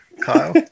Kyle